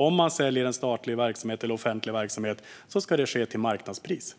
Om man säljer en statlig eller offentlig verksamhet ska det ske till marknadspris.